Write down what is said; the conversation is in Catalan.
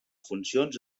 funcions